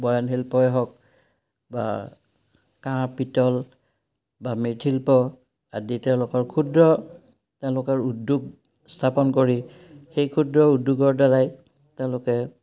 বয়নশিল্পই হওক বা কাঁহ পিতল বা মৃৎশিল্প আদি তেওঁলোকৰ ক্ষুদ্ৰ তেওঁলোকৰ উদ্যোগ স্থাপন কৰি সেই ক্ষুদ্ৰ উদ্যোগৰদ্বাৰাই তেওঁলোকে